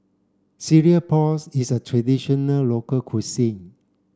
Cereal Prawns is a traditional local cuisine